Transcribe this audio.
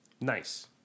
Nice